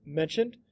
mentioned